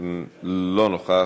לא נוכח,